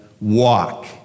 walk